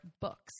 books